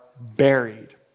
buried